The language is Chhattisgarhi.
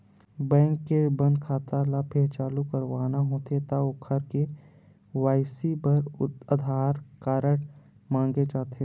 बेंक के बंद खाता ल फेर चालू करवाना होथे त ओखर के.वाई.सी बर आधार कारड मांगे जाथे